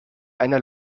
einer